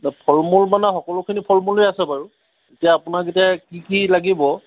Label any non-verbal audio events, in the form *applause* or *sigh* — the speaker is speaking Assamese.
*unintelligible* ফল মূল মানে সকলোখিনি ফল মূলেই আছে বাৰু এতিয়া আপোনাক এতিয়া কি কি লাগিব